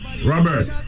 Robert